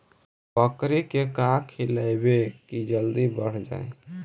बकरी के का खिलैबै कि जल्दी बढ़ जाए?